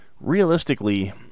realistically